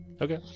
okay